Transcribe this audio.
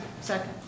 Second